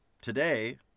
today